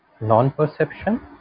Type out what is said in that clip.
non-perception